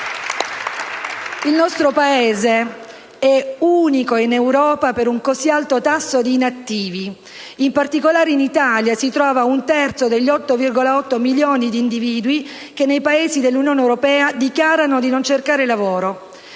Il nostro Paese è l'unico in Europa ad avere un così alto tasso di inattivi. In particolare, in Italia si trova un terzo degli 8,8 milioni di individui che nei Paesi dell'Unione europea dichiarano di non cercare lavoro.